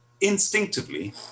instinctively